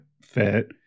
fit